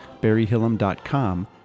barryhillam.com